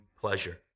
pleasure